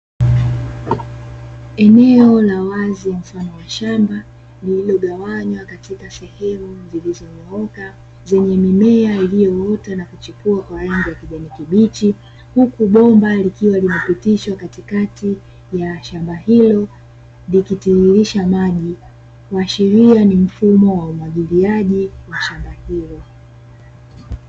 Eneo la wazi mafano wa shamba lilikogawanya katika sehemu zilizonyooka, zenye mimea iliyoota nakuchipua kwa rangi ya kijani kibichi. Huku bomba likiwa linapitishwa katikati ya shamba hilo, likitiririsha maji kuashiria ni mfumo wa umwagiliaji wa shamba hilo.